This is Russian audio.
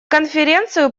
конференцию